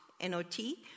N-O-T